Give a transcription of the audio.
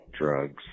drugs